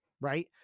right